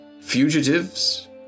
fugitives